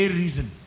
reason